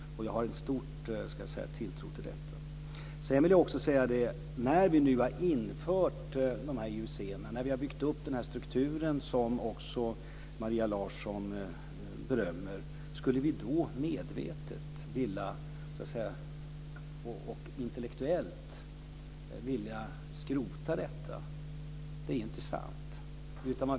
Jag har stor tilltro till detta. När vi nu har infört dessa IUC, när vi har byggt upp den här strukturen, som också Maria Larsson berömmer, skulle vi då medvetet och intellektuellt vilja skrota detta? Det är inte sant.